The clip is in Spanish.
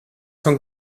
son